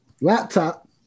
Laptop